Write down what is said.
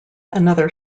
another